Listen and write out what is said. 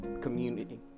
community